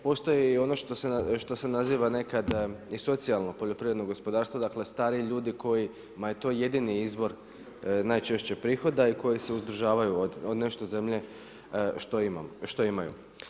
Postoji i ono što se naziva nekad i socijalno poljoprivredno gospodarstvo dakle, stariji ljudi kojima je to jedini izvor najčešće prihoda i koji se uzdržavaju od nešto zemlje što imaju.